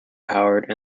powered